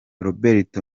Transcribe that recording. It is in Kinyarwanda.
robert